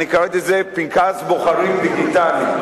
אני קראתי לזה פנקס בוחרים דיגיטלי,